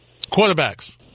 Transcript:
Quarterbacks